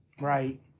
Right